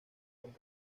con